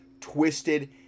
twisted